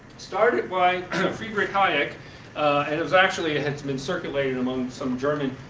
started by fredrick hayek and was actually a headman's circulator among some german